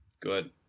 Good